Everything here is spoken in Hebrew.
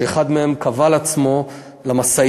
שאחד מהם כבל עצמו למשאית.